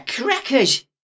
crackers